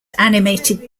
animated